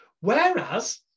Whereas